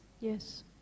yes